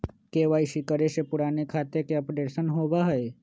KYC करें से पुराने खाता के अपडेशन होवेई?